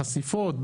חשיפות,